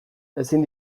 ezin